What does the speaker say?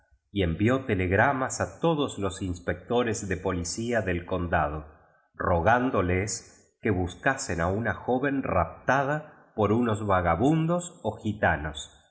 y envió telegramas a todos los inspectores de policía del condado rogándole que buscasen a una joven raptada por unos vagabundos o gitanos